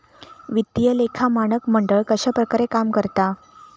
वित्तीय लेखा मानक मंडळ कश्या प्रकारे काम करता?